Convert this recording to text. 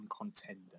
contender